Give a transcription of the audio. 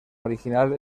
original